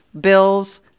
bills